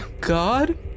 God